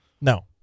No